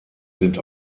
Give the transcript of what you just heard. sind